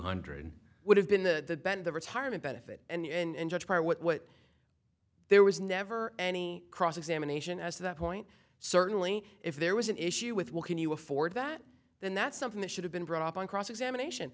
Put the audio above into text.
hundred would have been the bend the retirement benefit and judge by what there was never any cross examination as to that point certainly if there was an issue with well can you afford that then that's something that should have been brought up on cross examination